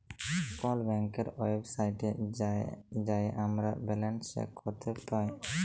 call ব্যাংকের ওয়েবসাইটে যাঁয়ে আমরা ব্যাল্যান্স চ্যাক ক্যরতে পায়